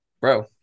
bro